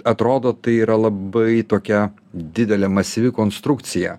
atrodo tai yra labai tokia didelė masyvi konstrukcija